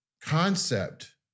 concept